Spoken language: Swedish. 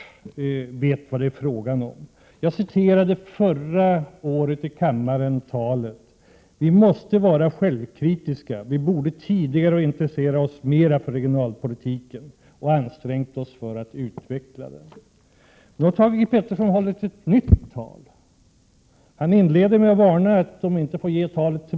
Förra året citerade jag här i kammaren ur ett tal som han tidigare hade hållit inför den socialdemokratiska riksdagsgruppen. Där sade han bl.a. följande: ”Men vi ska också vara självkritiska, vi borde tidigare ha intresserat oss mera för regionalpolitiken och ansträngt oss för att utveckla den.” Sedan dess har Thage G Peterson hållit ytterligare ett sådant tal. Där inledde han med att varna för att talet inte fick delges mig.